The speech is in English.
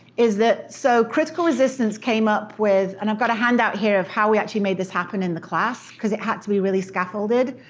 is that, so, critical resistance came up with, and i've got a handout here of how we actually made this happen in the class. cause it had to be really scaffolded.